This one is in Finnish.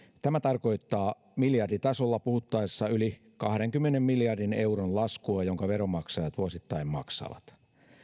tämä tarkoittaa miljarditasolla puhuttaessa yli kahdenkymmenen miljardin euron laskua jonka veronmaksajat vuosittain maksavat